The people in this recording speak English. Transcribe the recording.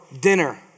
dinner